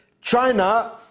China